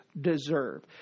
deserve